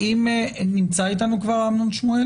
האם נמצא אתנו כבר אמנון שמואלי?